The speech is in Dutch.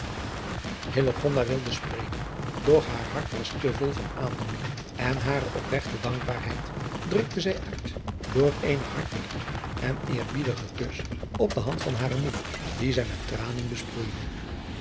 wilde spreken doch haar hart was te vol van aandoening en hare opregte dankbaarheid drukte zij uit door eenen hartelijken en eerbiedigen kus op de hand van hare moeder die zij met tranen